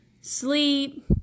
sleep